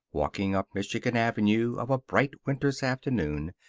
walking up michigan avenue of a bright winter's afternoon,